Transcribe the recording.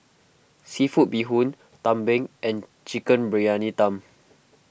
Seafood Bee Hoon Tumpeng and Chicken Briyani Dum